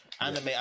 Anime